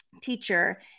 teacher